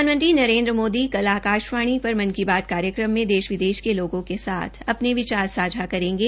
प्रधानमंत्री नरेन्द्र मोदी कल आकाशवाणी पर मन की बात कार्यकम में देश विदेश के लोगों के साथ अपने विचार सांझा करेंगे